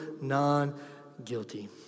non-guilty